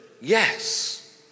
yes